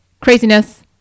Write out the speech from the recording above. craziness